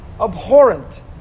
abhorrent